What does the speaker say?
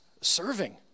serving